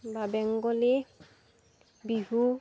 বা বেংগলী বিহু